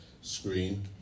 screen